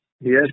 Yes